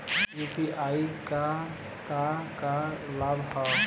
UPI क का का लाभ हव?